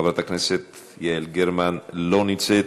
חברת הכנסת יעל גרמן, לא נמצאת.